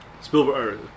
Spielberg